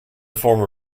former